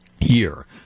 year